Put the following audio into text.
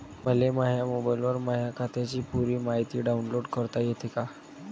मले माह्या मोबाईलवर माह्या खात्याची पुरी मायती डाऊनलोड करता येते का?